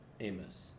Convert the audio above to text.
amos